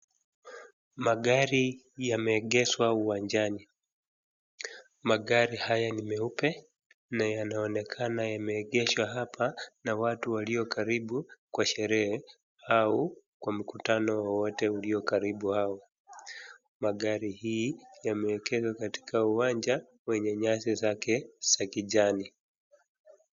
Magari yameegeshwa uwanjani. Magari haya ni meupe na yanaonekana yameegeshwa hapa na watu waliokaribu kwa sherehe au kwa mkutano wowote uliokaribu hau . Magari hii yameegeshwa katika uwanja wenye nyasi zake za kijani.